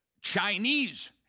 Chinese